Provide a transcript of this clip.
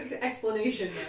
explanation